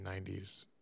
90s